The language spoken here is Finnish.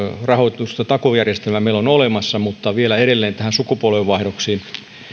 rahoitusta takuujärjestelmä meillä on olemassa mutta vielä tulisi edetä näihin sukupolvenvaihdoksiin